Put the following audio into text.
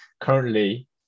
currently